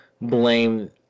blame